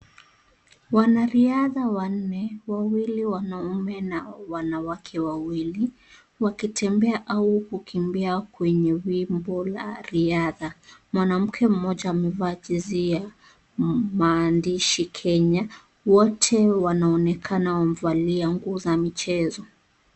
Wanariadha wanne, wawili wanaume na wanawake wawili, wakitembea au kukimbia kwenye wimbo la riadha. Mwanamke mmoja amevaa jezi ya maandishi Kenya, wote wanaonekana wamevalia nguo za michezo.